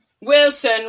Wilson